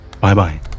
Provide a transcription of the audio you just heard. Bye-bye